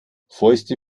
fäuste